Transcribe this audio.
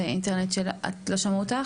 אין לך קליטה,